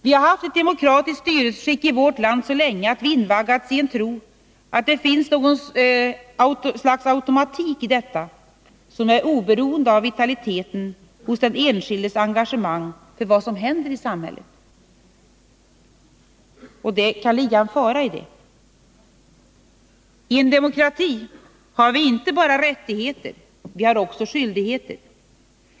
Vi har haft ett demokratiskt styrelseskick i vårt land så länge att vi invaggatsi en tro att det finns något slags automatik i detta, som är oberoende av vitaliteten i den enskildes engagemang för vad som händer i samhället, och det kan ligga en fara i det. I en demokrati har vi inte bara rättigheter, vi har också skyldigheter.